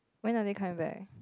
when are they coming back